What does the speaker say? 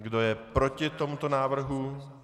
Kdo je proti tomuto návrhu?